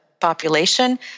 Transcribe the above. population